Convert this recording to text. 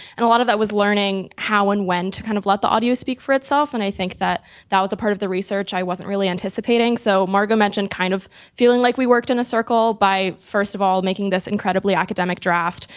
and a lot of that was learning how and when to kind of let the audio speak for itself. and i think that that was a part of the research i wasn't really anticipating. so, margot mentioned, kind of the like we worked in a circle by first of all making this incredibly academic draft,